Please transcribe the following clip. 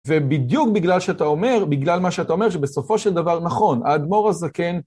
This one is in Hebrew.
ובדיוק בגלל שאתה אומר, בגלל מה שאתה אומר, שבסופו של דבר נכון, האדמו"ר הזקן